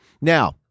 Now